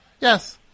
Yes